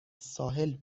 ساحل